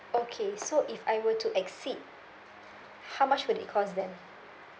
okay so if I were to exceed how much would it cost then